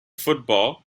football